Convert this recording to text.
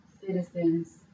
citizens